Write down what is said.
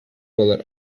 bullet